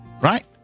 right